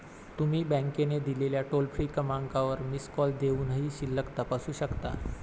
तुम्ही बँकेने दिलेल्या टोल फ्री क्रमांकावर मिस कॉल देऊनही शिल्लक तपासू शकता